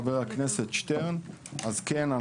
חבר הכנסת שטרן אז כן,